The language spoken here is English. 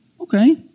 Okay